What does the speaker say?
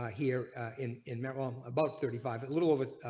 ah here in in maryland about thirty five at little over.